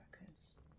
workers